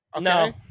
No